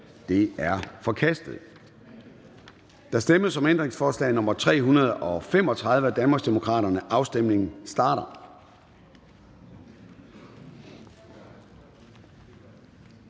Det er forkastet. Der stemmes om ændringsforslag nr. 335 af Danmarksdemokraterne. Afstemningen starter.